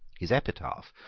his epitaph,